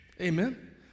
Amen